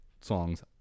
songs